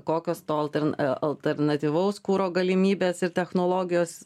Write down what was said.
kokio to altern a alternatyvaus kuro galimybės ir technologijos